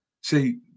See